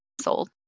Sold